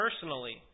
personally